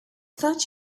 thought